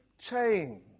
change